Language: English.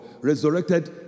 resurrected